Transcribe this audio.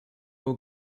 will